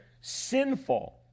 sinful